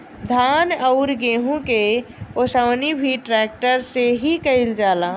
धान अउरी गेंहू के ओसवनी भी ट्रेक्टर से ही कईल जाता